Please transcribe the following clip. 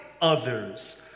others